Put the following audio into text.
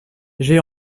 j’ai